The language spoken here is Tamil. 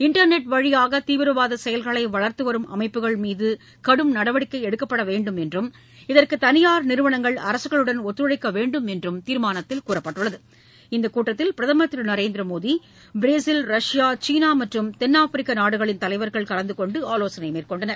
இண்டர்நெட் வழியாக தீவிரவாத செயல்களை வளர்த்து வரும் அமைப்புகள் மீது கடும் நடவடிக்கை எடுக்கப்படவேண்டும் என்றும் இதற்கு தனியார் நிறுவனங்கள் அரசுகளுடன் ஒத்துழைக்கவேண்டும் என்றும் தீர்மானத்தில் கூறப்பட்டுள்ளது இந்த கூட்டத்தில் பிரதமர் Thiru Narendra Modi Brazil Russia China மற்றும் தென்னாப்பிரிக்க நாடுகளின் தலைவர்கள் கலந்துகொண்டு ஆலோசனை மேற்கொண்டனர்